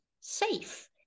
safe